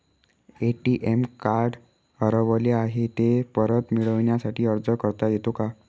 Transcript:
ATM card हरवले आहे, ते परत मिळण्यासाठी अर्ज करता येतो का?